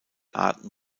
arten